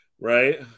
Right